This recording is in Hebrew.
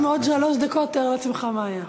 אם עוד שלוש דקות, תאר לעצמך מה היה.